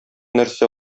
нәрсә